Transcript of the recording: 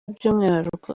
by’umwihariko